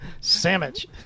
sandwich